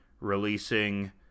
releasing